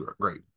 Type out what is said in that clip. great